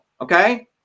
okay